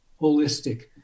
holistic